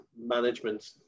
management